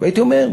והייתי אומר,